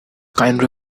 kind